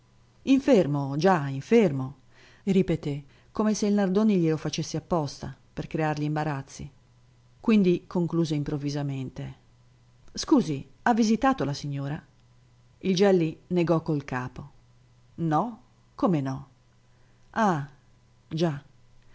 infermo già infermo ripeté come se il nardoni glielo facesse apposta per creargli imbarazzi quindi concluse improvvisamente scusi ha visitato la signora il gelli negò col capo no come no ah già